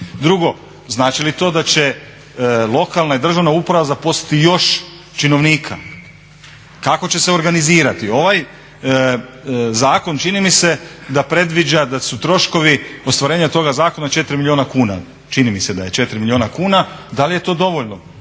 Drugo, znači li to da će lokalna i državna uprava zaposliti još činovnika? Kako će se organizirati? Ovaj zakon čini mi se da predviđa da su troškovi ostvarenja toga zakona 4 milijuna kuna, čini mi se da je 4 milijuna kuna, da li je to dovoljno?